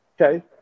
Okay